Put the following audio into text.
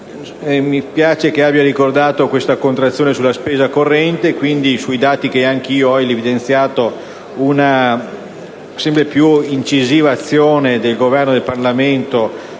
Mi piace che abbia ricordato questa contrazione della spesa corrente: quindi, sui dati che anch'io ho evidenziato emerge una sempre più incisiva azione del Governo e del Parlamento